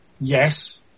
Yes